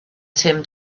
tim